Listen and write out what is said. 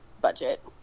budget